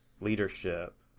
leadership